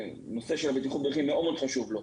הנושא של בטיחות בדרכים מאוד מאוד חשוב לו.